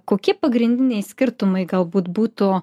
kokie pagrindiniai skirtumai galbūt būtų